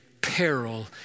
peril